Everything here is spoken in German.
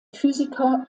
physiker